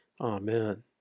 Amen